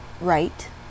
right